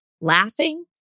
laughing